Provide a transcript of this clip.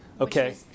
okay